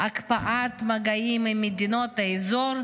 "הקפאת מגעים עם מדינות האזור,